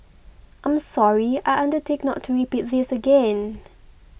I'm sorry I undertake not to repeat this again